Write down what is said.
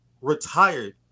retired